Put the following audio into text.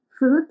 Food